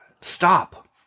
stop